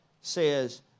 says